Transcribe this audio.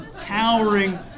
towering